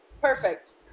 Perfect